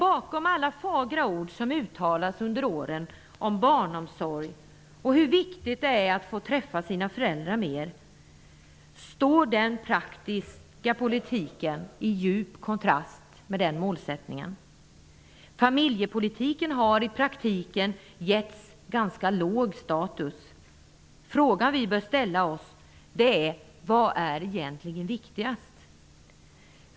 Alla fagra ord som uttalats under åren om barnomsorg och om hur viktigt det är för barnen att träffa sina föräldrar mer står i djup kontrast till den praktiska politiken. Familjepolitiken har i praktiken getts ganska låg status. Vi bör ställa oss frågan: Vad är egentligen viktigast?